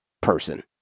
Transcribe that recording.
person